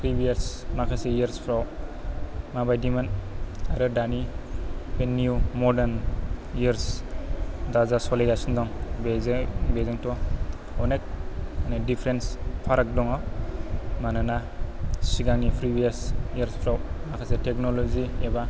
प्रिभियार्स माखासे यार्सफ्राव माबायदिमोन आरो दानि बे निउ मदार्न यार्स दा जा सोलिगासिनो दं बेजों बेजोंथ' अनेक माने दिपारेन्टस फाराग दङ मानोना सिगांनि प्रिभियार्स यार्सफ्राव माखासे थेक्न'ल'जि एबा